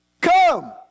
Come